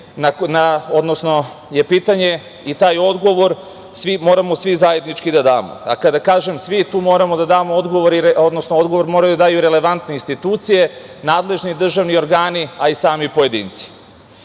sredine je pitanje i taj odgovor moramo svi zajednički da damo. Kada kažem svi, tu moramo da damo odgovor, odnosno odgovor moraju da daju relevantne institucije, nadležni državni organi, a sami pojedinci. Kada